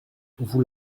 vous